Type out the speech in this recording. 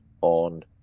on